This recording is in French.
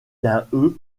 d’un